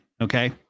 Okay